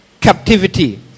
captivity